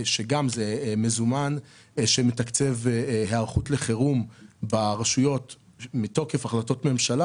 שגם הם מזומן שמתקצב היערכות לחירום ברשויות מתוקף החלטות ממשלה